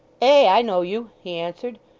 ay, i know you he answered.